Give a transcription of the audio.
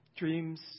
Dreams